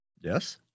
Yes